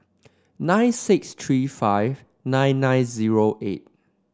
nine six three five nine nine zero eight